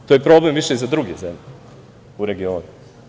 To je problem više za druge zemlje u regionu.